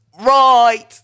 Right